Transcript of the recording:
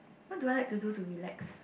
what do I like to do to relax